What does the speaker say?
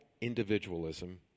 individualism